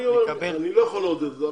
אני לא יכול לעודד אותם.